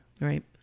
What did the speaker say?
Right